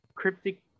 Cryptic